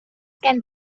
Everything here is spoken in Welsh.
gen